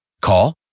Call